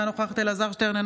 אינה נוכחת אלעזר שטרן,